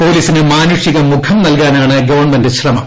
പോലീസിന് മാനുഷികമുഖം നൽകാനാണ് ഗവൺമെന്റ് ശ്രമം